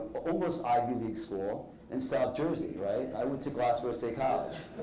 almost ivy league school in south jersey. i went to glassboro state college.